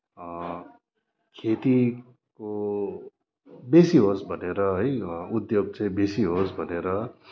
खेतीको बेसी होस् भनेर है उद्योग चाहिँ बेसी होस् भनेर